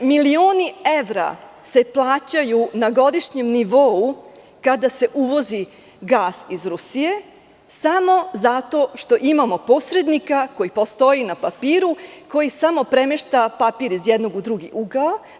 Milioni evra se plaćaju na godišnjem nivou kada se uvozi gas iz Rusije, samo zato što imamo posrednika koji postoji na papiru, koji samo premešta papir iz jednog u drugi ugao.